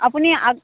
আপুনি